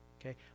Okay